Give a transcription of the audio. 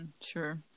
sure